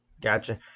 Gotcha